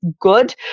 good